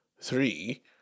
three